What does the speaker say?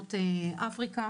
למדינות אפריקה,